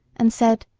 and said,